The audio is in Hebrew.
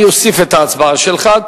אני אוסיף את ההצבעה שלך,